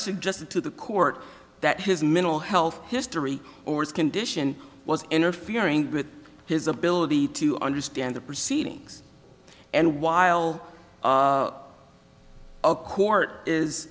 suggested to the court that his mental health history or its condition was interfering with his ability to understand the proceedings and while a court is